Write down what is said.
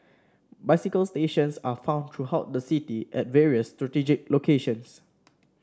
bicycle stations are found throughout the city at various strategic locations